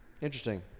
Interesting